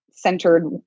centered